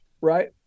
Right